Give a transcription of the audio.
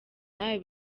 nawe